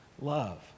love